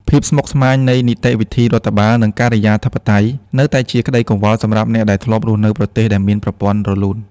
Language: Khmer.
ភាពស្មុគស្មាញនៃនីតិវិធីរដ្ឋបាល និងការិយាធិបតេយ្យ នៅតែជាក្ដីកង្វល់សម្រាប់អ្នកដែលធ្លាប់រស់នៅប្រទេសដែលមានប្រព័ន្ធរលូន។